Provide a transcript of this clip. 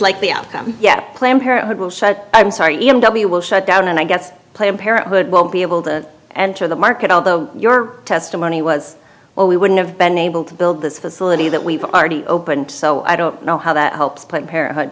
likely outcome yet planned parenthood will shut i'm sorry m w will shut down and i guess planned parenthood won't be able to enter the market although your testimony was well we wouldn't have been able to build this facility that we've already opened so i don't know how that helps planned parenthood